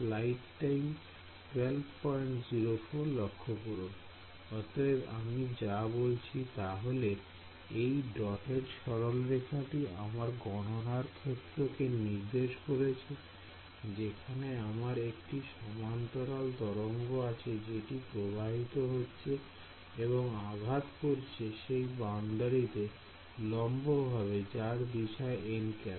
Student অতএব আমি যা বলছি তাহলে এই ডটেড সরলরেখাটি আমার গণনার ক্ষেত্রকে নির্দেশ করছে যেখানে আমার একটি সমান্তরাল তরঙ্গ আছে যেটি প্রবাহিত হচ্ছে এবং আঘাত করছে সেই বাউন্ডারিতে লম্বভাবে যার দিশা nˆ